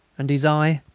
and his eye,